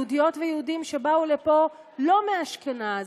יהודיות ויהודים שבאו לפה לא מאשכנז,